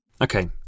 Okay